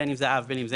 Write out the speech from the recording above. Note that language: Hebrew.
בין אם זה אב או אם,